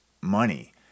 money